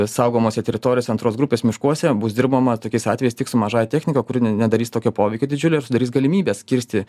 saugomose teritorijose antros grupės miškuose bus dirbama tokiais atvejais tik su mažąja technika kuri ne nedarys tokio poveikio didžiulio ir sudarys galimybes kirsti